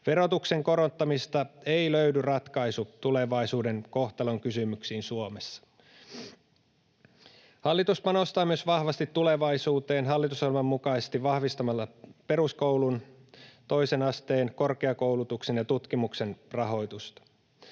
Verotuksen korottamisesta ei löydy ratkaisu tulevaisuuden kohtalonkysymyksiin Suomessa. Hallitus panostaa myös vahvasti tulevaisuuteen hallitusohjelman mukaisesti vahvistamalla peruskoulun, toisen asteen korkeakoulutuksen ja tutkimuksen rahoitusta.